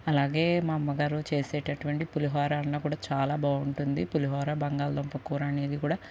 అలాగే మా అమ్మగారు చేసేటటువంటి పులిహోరన్నా కూడా చాలా బాగుంటుంది పులిహోర బంగాళదుంప కూర అనేది కూడా